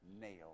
nail